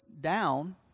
down